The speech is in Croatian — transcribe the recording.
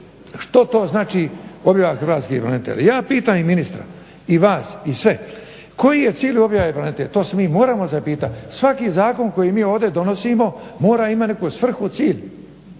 što to znači objava hrvatskih branitelja. Ja pitam i ministra i vas i sve koji je cilj objave branitelja? To se mi moramo zapitati. Svaki zakon koji mi ovdje donosimo mora imati neku svrhu, cilj.